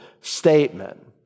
statement